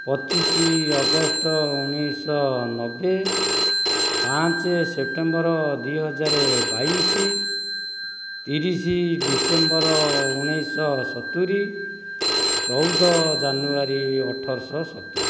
ପଚିଶ ଅଗଷ୍ଟ ଉଣେଇଶହ ନବେ ପାଞ୍ଚ ସେପ୍ଟେମ୍ବର ଦୁଇ ହଜାର ବାଇଶ ତିରିଶ ଡିସେମ୍ବର ଉଣେଇଶହ ସତୁରି ଚଉଦ ଜାନୁଆରୀ ଅଠରଶହ ସତୁରି